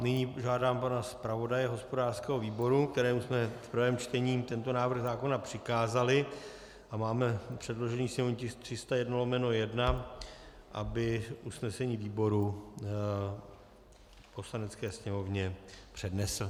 Nyní požádám pana zpravodaje hospodářského výboru, kterému jsme v prvém čtení tento návrh zákona přikázali, a máme předložený sněmovní tisk 301/1, aby usnesení výboru Poslanecké sněmovně přednesl.